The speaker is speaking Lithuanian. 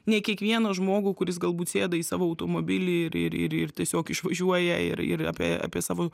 ne kiekvieną žmogų kuris galbūt sėda į savo automobilį ir ir ir tiesiog išvažiuoja ir ir apie apie savo